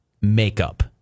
makeup